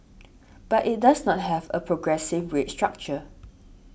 but it does not have a progressive rate structure